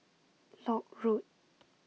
Lock Road